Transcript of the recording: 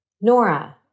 Nora